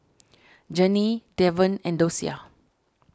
Janie Devon and Dosia